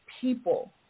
people